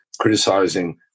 criticizing